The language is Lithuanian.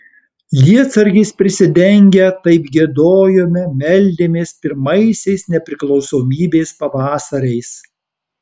lietsargiais prisidengę taip giedojome meldėmės pirmaisiais nepriklausomybės pavasariais